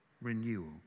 renewal